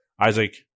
Isaac